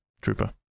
trooper